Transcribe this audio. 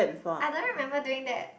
I don't remember doing that